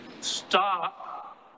stop